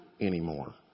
anymore